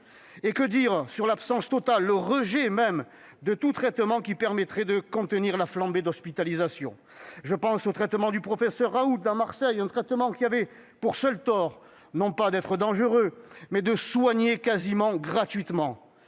Et que dire de l'absence totale, voire du rejet de tout traitement qui permettrait de contenir la flambée d'hospitalisations ! Je pense au traitement du professeur Raoult, à Marseille, traitement qui avait pour seul tort non pas d'être dangereux, mais de soigner quasiment gratuitement